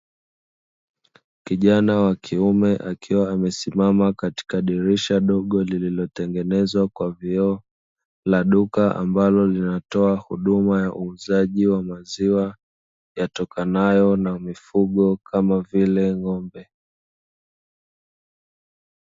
Kijana wa kiume akiwa amesimama katika dirisha dogo, lililotengenezwa kwa vioo, la duka ambalo linatoa huduma ya uuzaji wa maziwa, yatokanayo na mifugo kama vile ng'ombe.